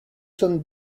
sommes